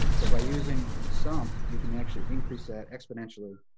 but by using a sump, you can actually increase that exponentially,